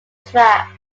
tracks